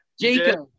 Jacob